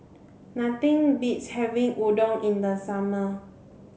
nothing beats having Udon in the summer